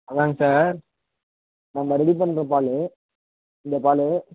அதுதாங்க சார் நம்ம ரெடி பண்ணுற பால் இந்த பால்